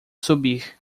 subir